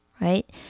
right